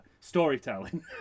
storytelling